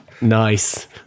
Nice